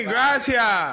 Gracias